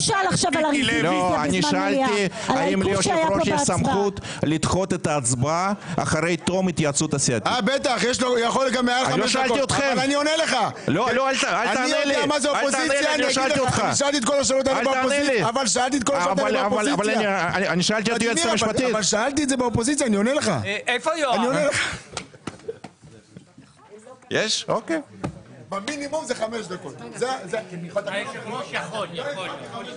ננעלה בשעה 11:16.